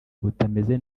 butameze